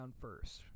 first